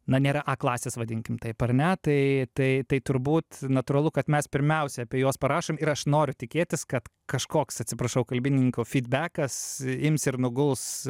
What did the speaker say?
na nėra a klasės vadinkim taip ar ne tai tai tai turbūt natūralu kad mes pirmiausia apie juos parašom ir aš noriu tikėtis kad kažkoks atsiprašau kalbininkų fydbekas ims ir nuguls